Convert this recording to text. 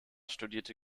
studierte